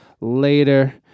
later